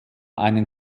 einen